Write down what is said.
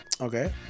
Okay